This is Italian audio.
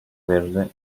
verde